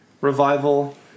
Revival